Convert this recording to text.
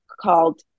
called